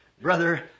brother